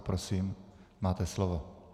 Prosím máte slovo.